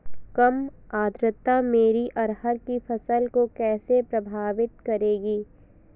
कम आर्द्रता मेरी अरहर की फसल को कैसे प्रभावित करेगी?